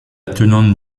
tenante